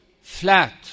flat